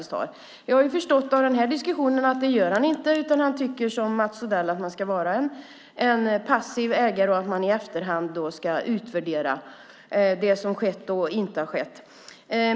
Av den här diskussionen har jag förstått att han inte gör det, utan han tycker, som Mats Odell, att man ska vara en passiv ägare och att man i efterhand ska utvärdera det som har skett och inte har skett.